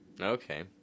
Okay